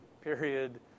period